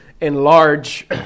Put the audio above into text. enlarge